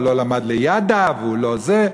הוא לא למד בליד"ה והוא לא זה.